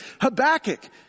Habakkuk